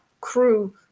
crew